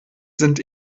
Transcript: sind